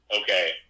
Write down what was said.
Okay